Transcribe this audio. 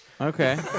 Okay